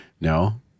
No